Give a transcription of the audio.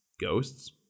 ghosts